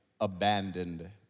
abandoned